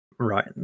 Right